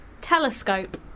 telescope